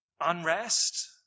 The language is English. unrest